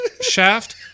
shaft